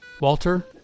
Walter